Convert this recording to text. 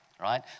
right